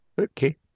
Okay